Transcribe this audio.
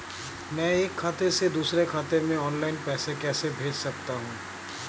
मैं एक खाते से दूसरे खाते में ऑनलाइन पैसे कैसे भेज सकता हूँ?